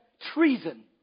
treason